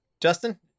Justin